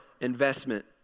investment